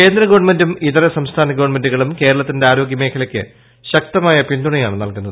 കേന്ദ്ര ഗവൺമെന്റും ഇതര സംസ്യാനഗവൺമെന്റുകളും കേരളത്തിന്റെ ആരോഗ്യ മേഖലയ്ക്ക് ശക്ത്മായി ്പിന്തുണയാണ് നൽകുന്നത്